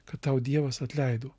kad tau dievas atleido